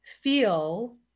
feel